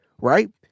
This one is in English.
right